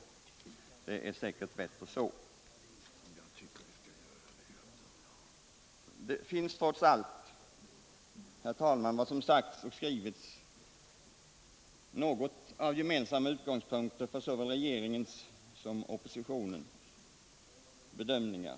Det är säkert bättre så. Det finns, herr talman, trots allt som sagts och skrivits, åtskilligt av gemensamma utgångspunkter för såväl regeringens som oppositionens bedömningar.